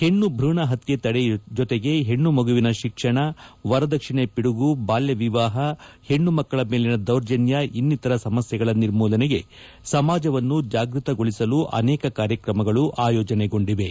ಹೆಣ್ಣು ಭ್ರೂಣ ಪತ್ತೆ ತಡೆ ಜೊತೆಗೆ ಹೆಣ್ಣುಮಗುವಿನ ಶಿಕ್ಷಣ ವರದಕ್ಷಿಣೆ ಪಿಡುಗು ಬಾಲ್ತವಿವಾಪ ಪೇಬ್ಜ ಮಕ್ಕಳ ಮೇಲಿನ ದೌರ್ಜನ್ತ ಇನ್ನಿತರೆ ಸಮಸ್ಥೆಗಳ ನಿರ್ಮೂಲನೆಗೆ ಸಮಾಜವನ್ನು ಜಾಗೃತಗೊಳಿಸಲು ಅನೇಕ ಕಾರ್ಯಕ್ರಮಗಳು ಆಯೋಜನಗೊಂಡಿವೆ